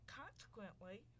consequently